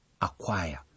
acquire